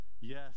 yes